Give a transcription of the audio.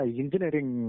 engineering